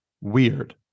WEIRD